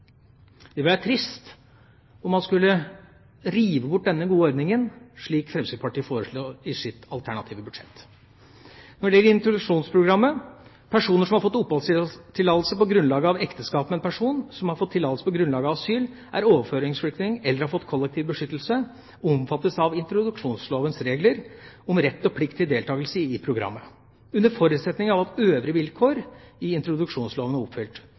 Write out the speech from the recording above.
Det ville være trist om man skulle rive bort denne gode ordningen, slik Fremskrittspartiet foreslår i sitt alternative budsjett. Så til introduksjonsprogrammet. Personer som har fått oppholdstillatelse på grunnlag av ekteskap med en person som har fått tillatelse på grunnlag av asyl, er overføringsflyktning eller har fått kollektiv beskyttelse, omfattes av introduksjonslovens regler om rett og plikt til deltakelse i programmet, under forutsetning av at øvrige vilkår i introduksjonsloven er oppfylt.